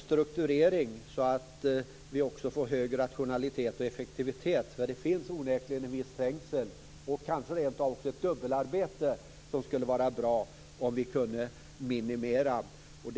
strukturering så att vi också får hög rationalitet och effektivitet. Det finns onekligen en viss trängsel och kanske rent av också ett dubbelarbete. Det skulle vara bra om vi kunde minimera det.